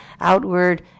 outward